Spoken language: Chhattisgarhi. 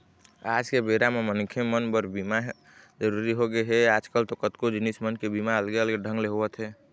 आज के बेरा म मनखे मन बर बीमा ह जरुरी होगे हे, आजकल तो कतको जिनिस मन के बीमा अलगे अलगे ढंग ले होवत हे